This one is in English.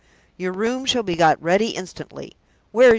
your room shall be got ready instantly!